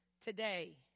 today